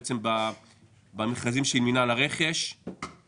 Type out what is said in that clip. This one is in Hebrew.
זה תלוי בעצם במרכזים של מנהל הרכש יבצע,